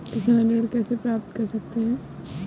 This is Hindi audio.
किसान ऋण कैसे प्राप्त कर सकते हैं?